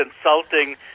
insulting